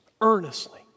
earnestly